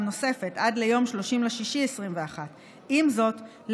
נוספת עד ליום 30 ביוני 2021. עם זאת,